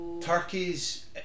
Turkeys